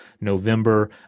November